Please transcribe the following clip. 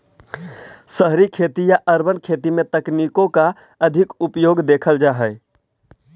शहरी खेती या अर्बन खेती में तकनीकों का अधिक उपयोग देखल जा हई